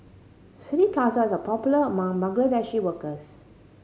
City Plaza is a popular among Bangladeshi workers